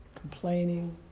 Complaining